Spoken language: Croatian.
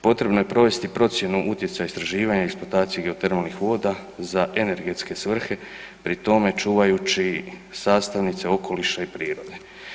Potrebno je provesti procjenu utjecaja istraživanja i eksploatacije geotermalnih voda za energetske svrhe, pri tome čuvajući sastavnice okoliša i prirode.